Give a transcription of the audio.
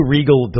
Regal